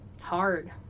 hard